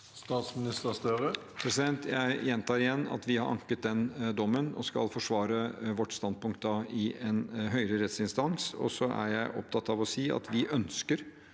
Støre Jeg gjen- tar igjen at vi har anket den dommen og skal forsvare vårt standpunkt i en høyere rettsinstans. Så er jeg opptatt av å si at vi ønsker